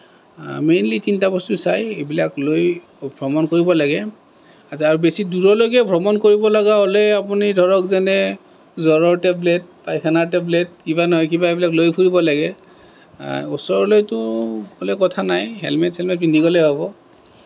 mainly তিনিটা বস্তু চায় এইবিলাক লৈ ভ্ৰমণ কৰিব লাগে আৰু বেছি দূৰলৈকে ভ্ৰমণ কৰিব লগা হ'লে আপুনি ধৰক যেনে জ্বৰৰ টেবলেট পায়খানাৰ টেবলেট কিবা নহয় কিবা এইবিলাক লৈ ফুৰিব লাগে ওচৰলৈতো গ'লে কথা নাই হেলমেট চেলমেট পিন্ধি গ'লেই হ'ব